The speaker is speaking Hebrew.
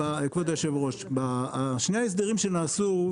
שני ההסדרים שנעשו,